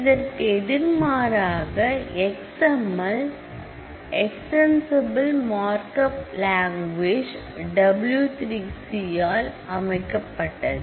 இதற்கு எதிர்மறையாக X M L extensible mark language W3C அமைக்கப்பட்டது